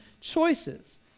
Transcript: choices